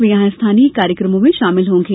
वे यहां स्थानीय कार्यक्रमों में शामिल होंगे